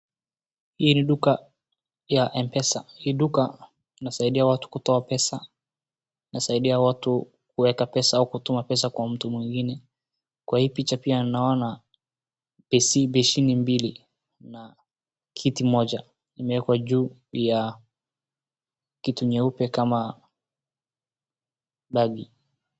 Hii ni duka ya M pesa. Hii duka, inasaidia watu kutoa pesa, inasaidia watu kuweka pesa au kutuma pesa kwa mtu mwingine. Kwa hii picha pia naona beseni mbili, na kiti moja, imewekwa juu ya kitu nyeupe kama begi.